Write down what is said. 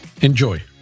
Enjoy